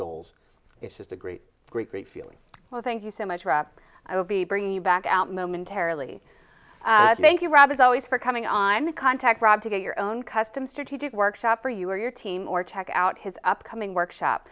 goals it's just a great great great feeling well thank you so much rob i will be bringing you back out momentarily thank you rob as always for coming on contact rob to get your own custom strategic works out for you or your team or tack out his upcoming workshop